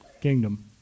kingdom